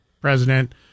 president